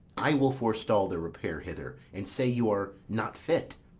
i will forestall their repair hither, and say you are not fit.